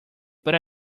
but